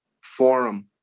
forum